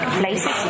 places